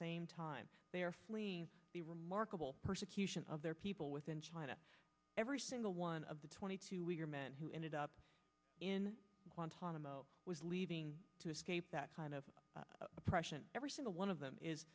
same time they are fleeing the remarkable persecution of their people within china every single one of the twenty two we are men who ended up in guantanamo was leaving to escape that kind of oppression every single one of them is